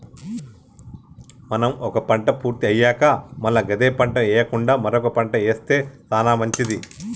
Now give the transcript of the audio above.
మనం ఒక పంట పూర్తి అయ్యాక మల్ల గదే పంట ఎయ్యకుండా మరొక పంట ఏస్తె సానా మంచిది